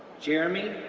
jeremy